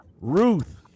Ruth